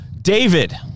David